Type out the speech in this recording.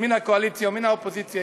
מן הקואליציה ומן האופוזיציה,